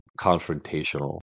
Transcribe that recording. confrontational